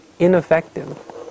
ineffective